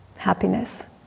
Happiness